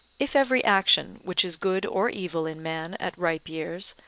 if every action, which is good or evil in man at ripe years,